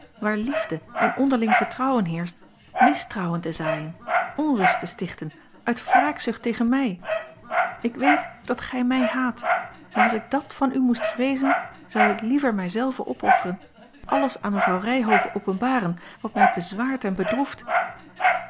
waar liefde en onderling vertrouwen heerscht mistrouwen te zaaien onrust te stichten uit wraakzucht tegen mij ik weet dat gij mij haat maar als ik dat van u moest vreezen zou ik liever mij zelve opofferen alles aan mevrouw ryhove openbaren wat mij bezwaart en bedroeft